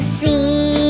see